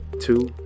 Two